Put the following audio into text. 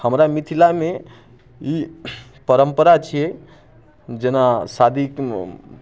हमरा मिथिलामे ई परम्परा छियै जेना शादी